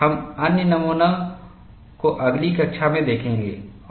हम अन्य नमूनों को अगली कक्षा में देखेंगे